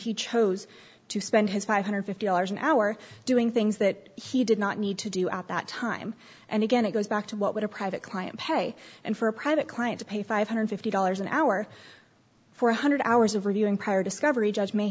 he chose to spend his five hundred and fifty dollars an hour doing things that he did not need to do at that time and again it goes back to what would a private client pay and for a private client to pay five hundred and fifty dollars an hour for one hundred hours of reviewing prior discovery judge may